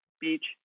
Beach